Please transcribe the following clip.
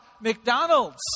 McDonald's